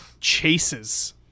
chases